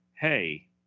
hey